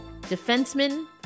defenseman